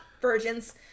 Virgins